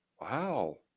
Wow